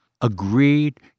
agreed